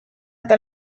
eta